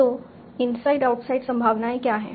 तो inside outside संभावनाएं क्या है